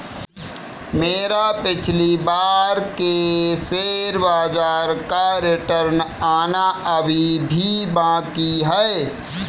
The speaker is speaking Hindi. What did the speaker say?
मेरा पिछली बार के शेयर बाजार का रिटर्न आना अभी भी बाकी है